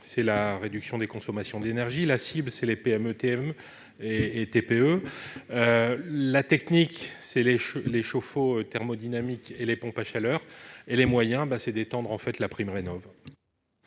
c'est la réduction des consommations d'énergie ; la cible, ce sont les PME et TPE ; la technique, ce sont les chauffe-eau thermodynamiques et les pompes à chaleur ; les moyens, c'est l'extension de MaPrimeRénov'.